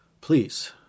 Please